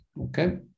Okay